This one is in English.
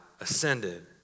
ascended